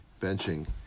Benching